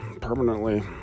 permanently